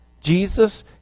Jesus